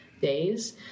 days